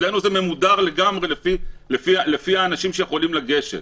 אצלנו זה ממודר לגמרי לפי האנשים שיכולים לגשת.